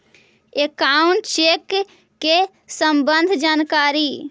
Account check के सम्बन्ध जानकारी?